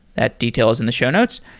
that detail is in the show notes.